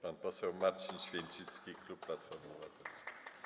Pan poseł Marcin Święcicki, klub Platforma Obywatelska.